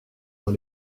dans